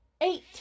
eight